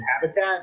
habitat